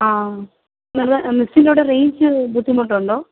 ആ പിന്നെ മിസ്സിൻറെ അവിടെ റേഞ്ച് ബുദ്ധിമുട്ടുണ്ടോ